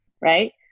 right